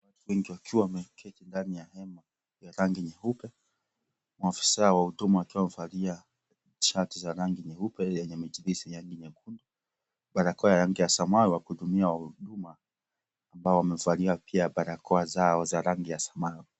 Mtu akiwa ameketi ndani ya hema ya rangi nyeupe, maofisa wa huduma wakiwa wamevalia shati za rangi nyeupe yenye michirizi ya rangi nyekundu, balakoa ya rangi ya samawi wakihudumia wahuduma ambao wamevalia pia balakoa zao za rangi ya samawi.